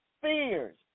fears